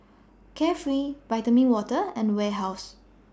Carefree Vitamin Water and Warehouse